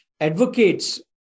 advocates